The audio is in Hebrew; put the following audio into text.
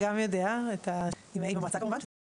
יודע על שיתוף הפעולה שיש לנו עם המועצה.